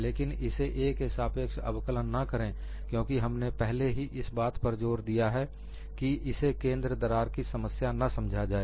लेकिन इसे a के सापेक्ष अवकलन ना करें क्योंकि हमने पहले ही इस बात पर जोर दिया है कि इसे केंद्र दरार की समस्या ना समझा जाए